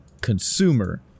consumer